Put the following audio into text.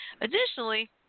Additionally